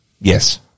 Yes